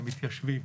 זה מתיישבים.